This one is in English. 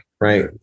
right